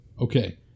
Okay